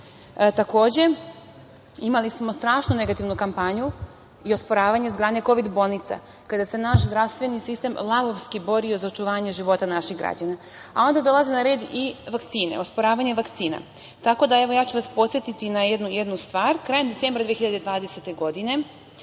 Takođe, imali smo strašnu negativnu kampanju i osporavanje izgradnje kovid-bolnica, kada se naš zdravstveni sistem lavovski borio za očuvanje života naših građana. Onda dolaze na red i vakcine, osporavanje vakcina. Tako da, evo, ja ću vas podsetiti na jednu stvar. Krajem decembra 2020. godine,